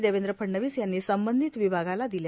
देवेंद्र फडणवीस यांनी संबंधित विभागाला दिल्या